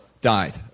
died